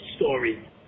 story